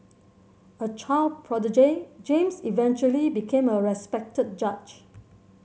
a child prodigy James eventually became a respected judge